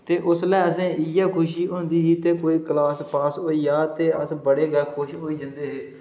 ते उसलै असेंगी इयै खुशी होंदी ही ते कोई क्लास पास होई जा ते बड़े गै खुश होई जंदे हे